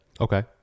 Okay